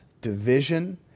division